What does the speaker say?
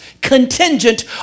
contingent